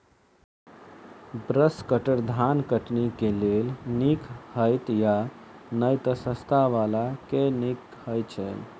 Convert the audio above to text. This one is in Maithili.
ब्रश कटर धान कटनी केँ लेल नीक हएत या नै तऽ सस्ता वला केँ नीक हय छै?